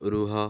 ରୁହ